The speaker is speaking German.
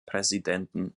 präsidenten